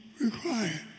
required